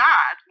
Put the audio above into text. God